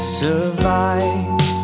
survive